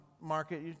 market